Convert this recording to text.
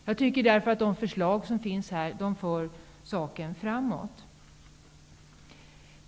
Därför tycker jag att förslaget i betänkandet för saken framåt.